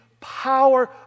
power